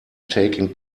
taking